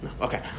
Okay